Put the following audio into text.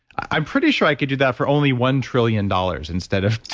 i'm pretty sure i could do that for only one trillion dollars instead of